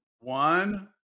one